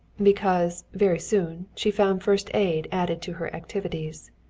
because, very soon, she found first aid added to her activities.